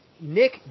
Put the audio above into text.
Nick